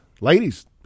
ladies